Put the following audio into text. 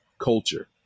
culture